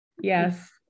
Yes